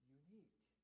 unique